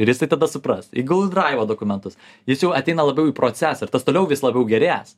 ir jis tai tada supras į gugl draivą dokumentus jis jau ateina labiau į procesą ir tas toliau vis labiau gerės